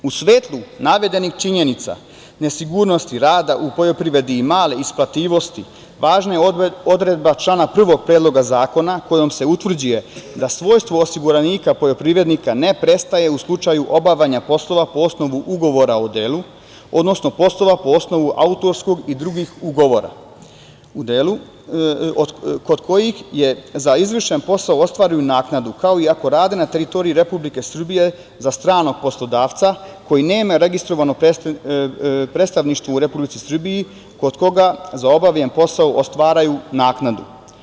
U svetlu navedenih činjenica nesigurnosti rada u poljoprivredi, male isplativosti važna je odredba člana 1. Predloga zakona kojom se utvrđuje da svojstvo osiguranika poljoprivrednika ne prestaje u slučaju obavljanja poslova po osnovu ugovora o delu, odnosno poslova po osnovu autorskih i drugih ugovora o delu, kod kojih je za izvršen posao ostvaruju naknadu kao i ako rade na teritoriji Republike Srbije za stranog poslodavca koji nema registrovano predstavništvo u Republici Srbiji, kod koga za obavljen posao ostvaruju naknadu.